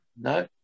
No